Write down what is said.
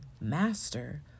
master